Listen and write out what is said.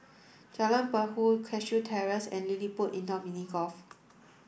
Jalan Perahu Cashew Terrace and LilliPutt Indoor Mini Golf